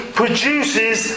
produces